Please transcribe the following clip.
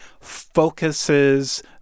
focuses